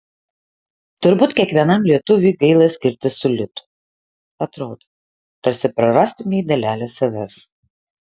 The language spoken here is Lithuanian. turbūt kiekvienam lietuviui gaila skirtis su litu atrodo tarsi prarastumei dalelę savęs